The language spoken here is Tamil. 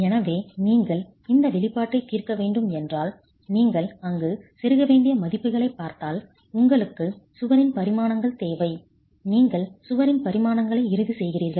எனவே நீங்கள் இந்த வெளிப்பாட்டைத் தீர்க்க வேண்டும் என்றால் நீங்கள் அங்கு செருக வேண்டிய மதிப்புகளைப் பார்த்தால் உங்களுக்கு சுவரின் பரிமாணங்கள் தேவை நீங்கள் சுவரின் பரிமாணங்களை இறுதி செய்கிறீர்கள்